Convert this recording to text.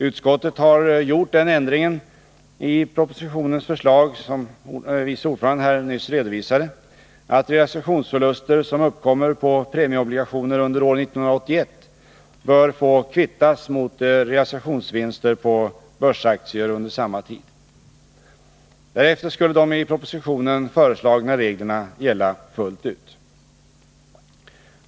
Utskottet har gjort den ändringen i propositionens förslag, såsom utskottets vice ordförande nyss redovisade, att realisationsförluster som uppkommer på premieobligationer under år 1981 bör få kvittas mot realisationsvinster på börsaktier under samma tid. Därefter skulle de i propositionen föreslagna reglerna gälla fullt ut.